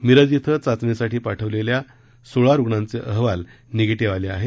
मिरज िक्र चाचणीसाठी पाठवलेल्या सोळा रुग्णांचे अहवाल निगेटिव्ह आले आहेत